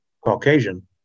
Caucasian